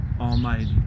Almighty